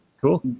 cool